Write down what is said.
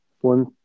One